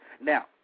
Now